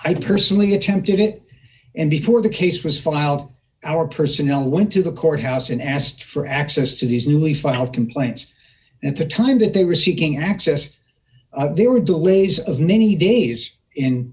i personally attempted it and before the case was filed our personnel went to the court house and asked for access to these newly file complaints and at the time that they were seeking access there were delays of many days in